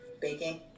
baking